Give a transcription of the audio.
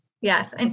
Yes